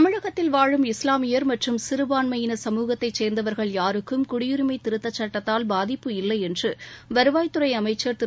தமிழகத்தில் வாழும் இஸ்லாமியர் மற்றும் சிறபான்மையின சமுகத்தை சேர்ந்தவர்கள் யாருக்கும் குடியுரிமை திருத்தச் சட்டத்தால் பாதிப்பு இல்லை என்று வருவாய்த்துறை அமைச்ச் திரு